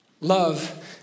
Love